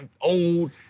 old